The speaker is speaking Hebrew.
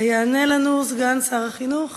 ויענה לנו סגן שר החינוך